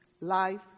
Life